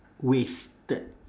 wasted